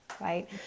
right